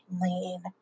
Lean